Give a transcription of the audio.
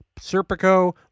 Serpico